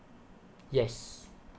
yes